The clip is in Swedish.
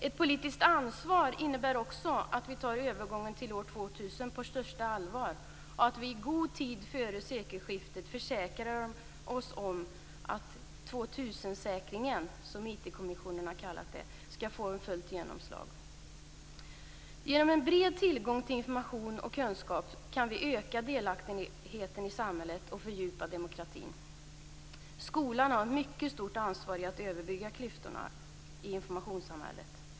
Ett politiskt ansvar innebär också att vi tar övergången till år 2000 på största allvar och att vi i god tid före sekelskiftet försäkrar oss om att "2000 säkringen" - som IT-kommissionen har kallat det - skall få fullt genomslag. Genom en bred tillgång till information och kunskap kan vi öka delaktigheten i samhället och fördjupa demokratin. Skolan har ett mycket stort ansvar i att överbrygga klyftorna i informationssamhället.